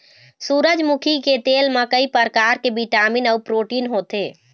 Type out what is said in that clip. सूरजमुखी के तेल म कइ परकार के बिटामिन अउ प्रोटीन होथे